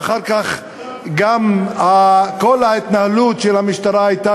ואחר כך כל ההתנהלות של המשטרה הייתה